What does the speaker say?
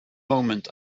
moment